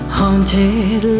haunted